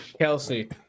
Kelsey